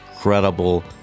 Incredible